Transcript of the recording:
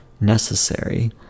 necessary